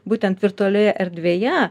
būtent virtualioje erdvėje